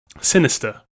sinister